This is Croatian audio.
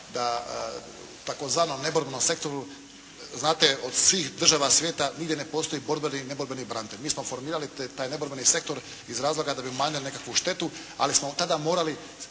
ne razumije./… sektoru znate od svih država svijeta nigdje ne postoji …/Govornik se ne razumije./… branitelj. Mi smo formirali taj neborbeni sektor iz razloga da bi umanjili nekakvu štetu, ali smo tada morali